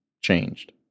changed